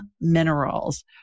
Minerals